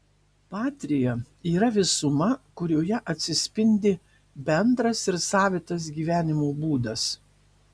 patria yra visuma kurioje atsispindi bendras ir savitas gyvenimo būdas